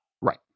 Right